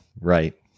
right